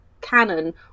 canon